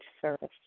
service